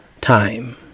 time